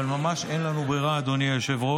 אבל ממש אין לנו ברירה, אדוני היושב-ראש.